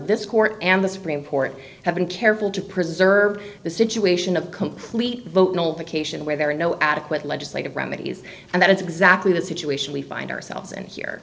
this court and the supreme court have been careful to preserve the situation of complete vote no occasion where there are no adequate legislative remedies and that is exactly the situation we find ourselves in here